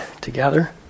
together